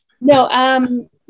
No